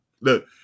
Look